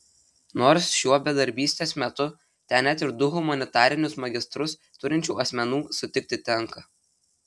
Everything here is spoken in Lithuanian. nors šiuo bedarbystės metu ten net ir du humanitarinius magistrus turinčių asmenų sutikti tenka